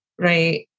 right